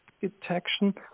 detection